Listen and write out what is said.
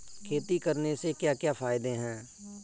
खेती करने से क्या क्या फायदे हैं?